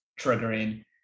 triggering